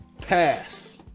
pass